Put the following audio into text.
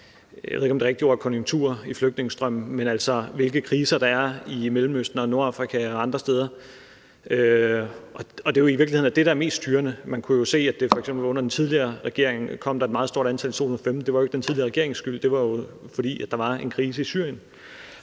grad drejer sig om konjunkturer i flygtningestrømmene, altså hvilke kriser der er i Mellemøsten, Nordafrika og andre steder. Det er i virkeligheden det, der er mest styrende. Man kunne jo se, at der under den tidligere regering i 2015 kom et meget stort antal, men det var jo ikke den tidligere regerings skyld, men fordi der var en krise i Syrien.